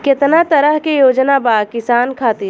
केतना तरह के योजना बा किसान खातिर?